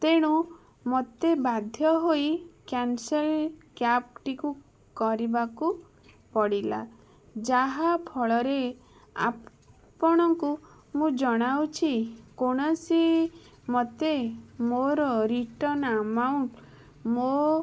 ତେଣୁ ମୋତେ ବାଧ୍ୟହୋଇ କ୍ୟାନସେଲ୍ କ୍ୟାବ୍ ଟିକୁ କରିବାକୁ ପଡ଼ିଲା ଯାହାଫଳରେ ଆପଣଙ୍କୁ ମୁଁ ଜଣାଉଛି କୌଣସି ମୋତେ ମୋର ରିଟ୍ର୍ଣ୍ଣ ଆମାଉଣ୍ଟ ମୋ